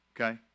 Okay